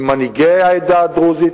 עם מנהיגי העדה הדרוזית,